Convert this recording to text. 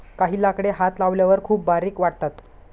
काही लाकडे हात लावल्यावर खूप बारीक वाटतात